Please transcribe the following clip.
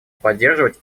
поддерживать